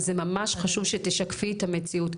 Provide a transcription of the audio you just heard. זה ממש חשוב שתשקפי את המציאות,